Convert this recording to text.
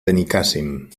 benicàssim